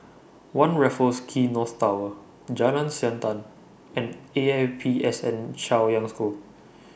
one Raffles Quay North Tower Jalan Siantan and E A P S N Chaoyang School